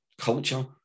culture